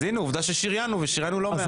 אז הנה, עובדה ששריינו ושריינו לא מעט.